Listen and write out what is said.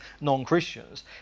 non-Christians